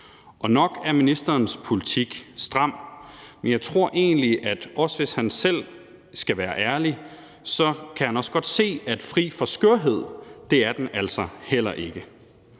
Nok er ministerens politik stram, men jeg tror egentlig, at han, også hvis han selv skal være ærlig, godt kan se, at fri for skørhed er den altså heller ikke.